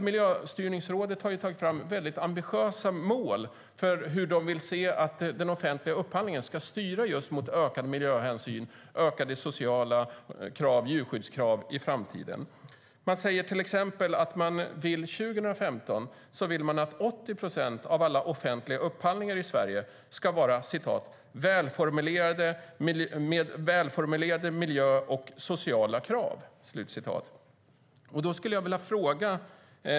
Miljöstyrningsrådet har tagit fram ambitiösa mål för hur den offentliga upphandlingen ska styras mot ökad miljöhänsyn, ökade sociala krav och djurskyddskrav i framtiden. Till exempel vill man att 80 procent av alla offentliga upphandlingar i Sverige 2015 ska ha välformulerade miljökrav och sociala krav.